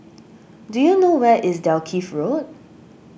do you know where is Dalkeith Road